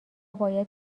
باید